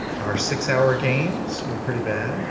our six-hour games were pretty bad